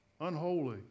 unholy